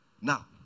Now